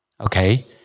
Okay